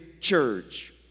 church